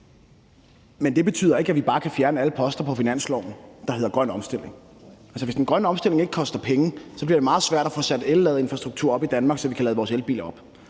Men det betyder ikke, at vi bare kan fjerne alle poster på finansloven, der hedder grøn omstilling. Hvis den grønne omstilling ikke koster penge, bliver det meget svært at få sat elladeinfrastruktur op i Danmark, så vi kan lade vores elbiler op,